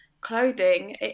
clothing